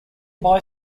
buy